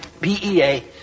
PEA